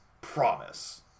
promise